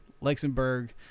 Luxembourg